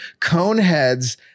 Coneheads